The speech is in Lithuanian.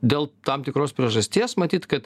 dėl tam tikros priežasties matyt kad